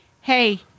hey